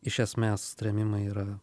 iš esmės trėmimai yra